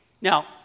Now